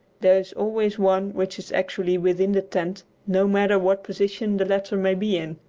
there is always one which is actually within the tent no matter what position the latter may be in.